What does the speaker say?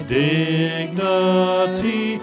dignity